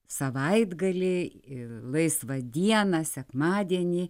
savaitgalį ir laisvą dieną sekmadienį